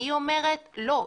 והיא אומרת לא,